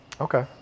Okay